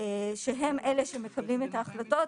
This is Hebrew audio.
שהם אלה שמקבלים את ההחלטות.